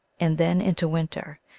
and then into winter,